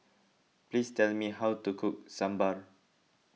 please tell me how to cook Sambar